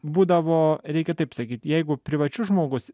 būdavo reikia taip sakyt jeigu privačiu žmogus